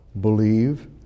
believe